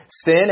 Sin